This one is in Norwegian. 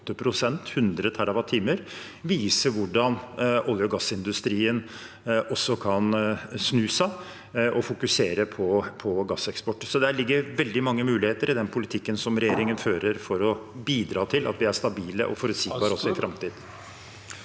hvordan olje- og gassindustrien også kan snu seg og fokusere på gasseksport. Så det ligger veldig mange muligheter i den politikken som regjeringen fører for å bidra til at vi er stabile og forutsigbare også i framtiden.